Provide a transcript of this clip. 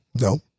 No